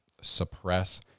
suppress